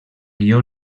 guió